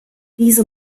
diese